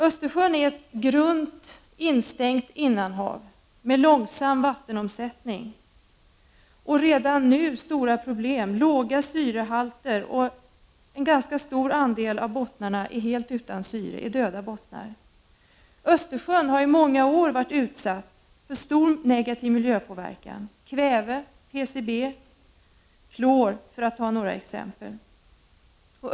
Östersjön är ett grunt, instängt innanhav med långsam vattenomsättning och redan nu stora problem med låga syrehalter — en ganska stor andel av bottnarna är helt utan syre, döda bottnar. Östersjön har i många år varit utsatt för stor negativ miljöpåverkan från kväve, PCB och klor, för att ta några exempel.